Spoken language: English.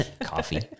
Coffee